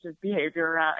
behavior